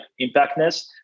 impactness